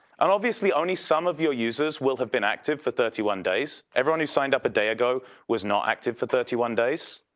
and obviously, only some of your users will have been active for thirty one days. everyone who signed up a day ago was not active for thirty one days.